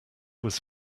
was